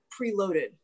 preloaded